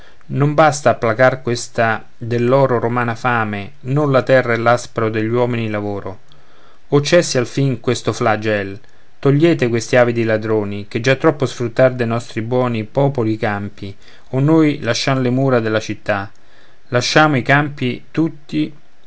nulla basta a placar questa dell'oro romana fame non la terra e l'aspro degli uomini lavoro oh cessi alfin questo flagel togliete questi avidi ladroni che già troppo sfruttar dei nostri buoni popoli i campi o noi lasciam le mura delle città lasciamo i campi tutti